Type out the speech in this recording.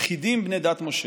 יחידים בני דת משה,